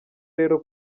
rero